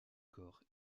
corps